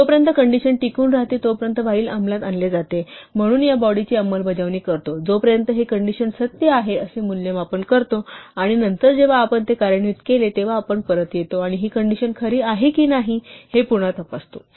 जोपर्यंत कंडिशन टिकून राहते तोपर्यंत While अंमलात आणले जाते म्हणून या बॉडीची अंमलबजावणी करतो जोपर्यंत ही कंडिशन सत्य आहे असे मूल्यमापन करतो आणि नंतर जेव्हा आपण हे कार्यान्वित केले तेव्हा आपण परत येतो आणि ही कंडिशन खरी आहे की नाही हे पुन्हा तपासतो